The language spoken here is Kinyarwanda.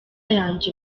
yanjye